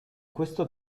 questo